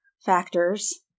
factors